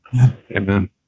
amen